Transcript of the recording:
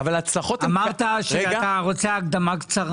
אמרת שאתה רוצה הקדמה קצרה.